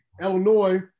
Illinois